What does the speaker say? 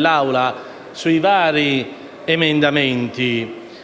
Assemblea sui vari emendamenti